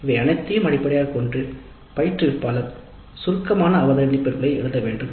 இவை அனைத்தையும் அடிப்படையாகக் கொண்டு பயிற்றுவிப்பாளர் சுருக்கமான அவதானிப்புகளை எழுத வேண்டும்